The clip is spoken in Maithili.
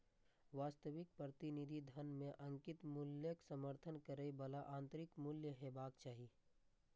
वास्तविक प्रतिनिधि धन मे अंकित मूल्यक समर्थन करै बला आंतरिक मूल्य हेबाक चाही